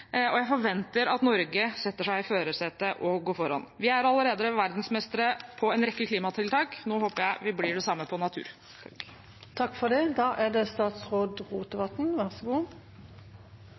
Jeg forventer at Norge setter seg i førersetet og går foran. Vi er allerede verdensmestere på en rekke klimatiltak. Nå håper jeg vi blir det samme på natur. Året og tiåret vi er inne i, er avgjerande for klimaet, og det